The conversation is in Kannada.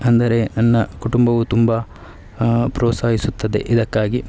ಅಂದರೆ ನನ್ನ ಕುಟುಂಬವು ತುಂಬ ಪ್ರೋತ್ಸಾಹಿಸುತ್ತದೆ ಇದಕ್ಕಾಗಿ